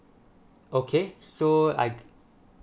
okay so I